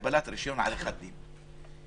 קבלת רישיון לעריכת דין.